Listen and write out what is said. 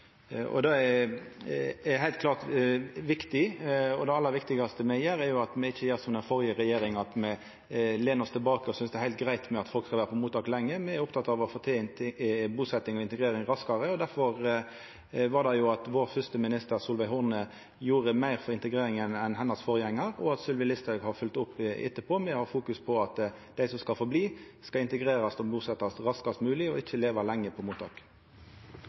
Det er heilt klart viktig, men det aller viktigaste me gjer, er ikkje å gjera som den førre regjeringa, å lena oss tilbake og synest det er heilt greitt at folk er lenge på mottak. Me er opptekne av å få til busetjing og integrering raskare, og difor gjorde vår første minister Solveig Horne meir for integreringa enn forgjengaren hennar, og Sylvi Listhaug har følgt opp etterpå. Me fokuserer på at dei som skal få bli, skal integrerast og busetjast raskast mogeleg og ikkje leva lenge på mottak.